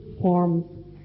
forms